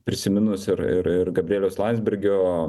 prisiminus ir ir ir gabrieliaus landsbergio